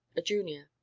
a junior.